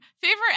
Favorite